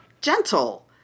gentle